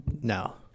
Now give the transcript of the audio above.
No